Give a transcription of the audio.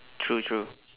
true true